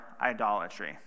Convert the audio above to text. idolatry